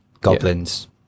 Goblins